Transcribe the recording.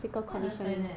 don't understand leh